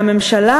והממשלה,